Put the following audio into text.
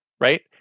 right